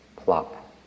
plop